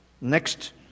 Next